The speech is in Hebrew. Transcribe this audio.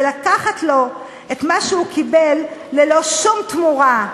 ולקחת לו את מה שהוא קיבל ללא שום תמורה.